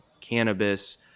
cannabis